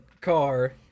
car